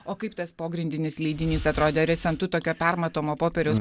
o kaip tas pogrindinis leidinys atrodė ar jis ant tų tokio permatomo popieriaus